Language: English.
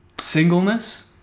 singleness